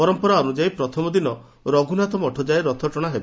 ପରମ୍ଧରା ଅନୁଯାୟୀ ପ୍ରଥମ ଦିନ ରଘୁନାଥ ମଠଯାଏଁ ରଥ ଟଶା ହେବ